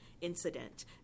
Incident